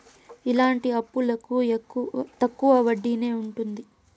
ఇలాంటి అప్పులకు తక్కువ వడ్డీనే ఉంటది